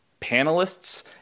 panelists